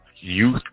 youth